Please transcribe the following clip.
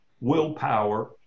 willpower